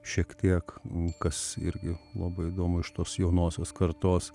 šiek tiek kas irgi labai įdomu iš tos jaunosios kartos